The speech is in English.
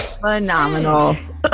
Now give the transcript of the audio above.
phenomenal